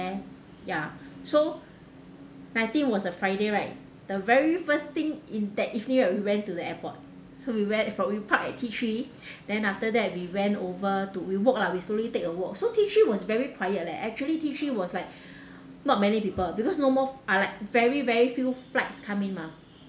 there ya so nineteen was a friday right the very first thing in that evening right we went to the airport so we went fo~ we park at T three then after that we went over to we walk lah we slowly take a walk so T three was very quiet leh actually T three was like not many people because no more uh like very very few flights come in mah